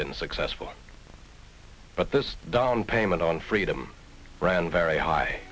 been successful but this down payment on freedom ran very high